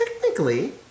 technically